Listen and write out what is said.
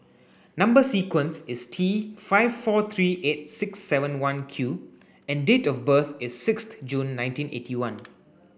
number sequence is T five four three eight six seven one Q and date of birth is sixth June nineteen eighty one